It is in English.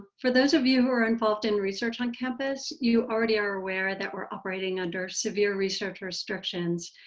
for those of you who are involved in research on campus, you already are aware that we're operating under severe research restrictions,